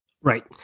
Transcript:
Right